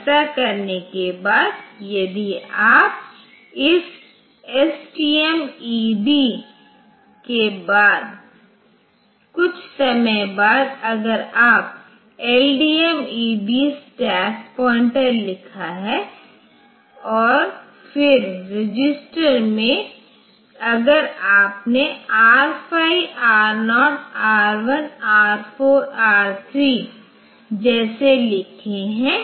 ऐसा करने के बाद यदि आप इस एसटीएमईडी के बाद कुछ समय बाद अगर आपने एलडीएमईडी स्टैक पॉइंटर लिखा है और फिर रजिस्टर में अगर आपने R5 R0 R1 R 4 R3 जैसे लिखे हैं